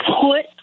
put